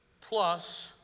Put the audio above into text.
Plus